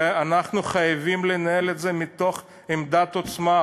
ואנחנו חייבים לנהל את זה מתוך עמדת עוצמה,